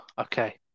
Okay